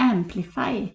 Amplify